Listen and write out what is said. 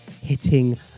hitting